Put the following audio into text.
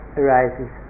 arises